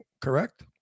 correct